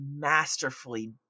masterfully